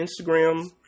Instagram